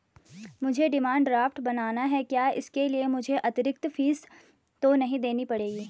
मुझे demand draft बनाना है क्या इसके लिए मुझे अतिरिक्त फीस तो नहीं देनी पड़ेगी?